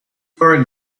for